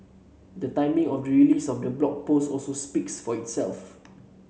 the timing of the release of the Blog Post also speaks for itself